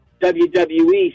WWE